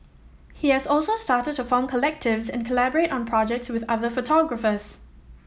he has also started to form collectives and collaborate on projects with other photographers